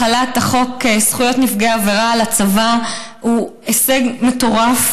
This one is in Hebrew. החלת חוק זכויות נפגעי עבירה על הצבא הוא הישג מטורף.